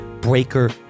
Breaker